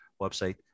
website